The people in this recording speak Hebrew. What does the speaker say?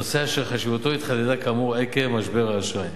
נושא אשר חשיבותו התחדדה כאמור עקב משבר האשראי.